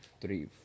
three